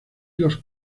los